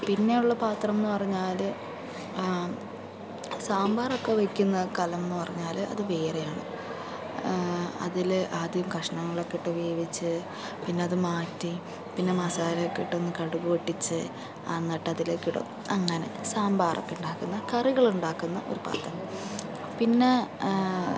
പിന്നെയുള്ള പാത്രമെന്നു പറഞ്ഞാൽ സാമ്പാറൊക്കെ വയ്ക്കുന്ന കലമെന്നു പറഞ്ഞാൽ അത് വേറെയാണ് അതിൽ ആദ്യം കഷ്ണങ്ങളൊക്കെ ഇട്ട് വേവിച്ച് പിന്നതു മാറ്റി പിന്നെ മസാലയൊക്കെ ഇട്ടൊന്ന് കടുക് പൊട്ടിച്ച് എന്നിട്ടതിലേക്കിടും അങ്ങനെ സാമ്പാറൊക്കെയുണ്ടാക്കുന്ന കറികൾ ഉണ്ടാക്കുന്ന ഒരു പാത്രം പിന്നെ